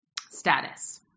status